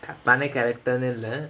பண்ண:panna character இல்ல:illa